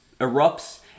erupts